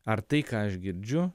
ar tai ką aš girdžiu